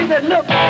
Look